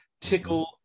tickle